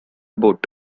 boat